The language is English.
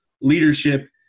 leadership